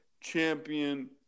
champion